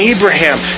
Abraham